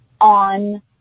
on